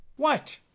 What